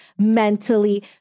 mentally